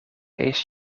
eerst